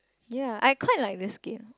ya I quite like this game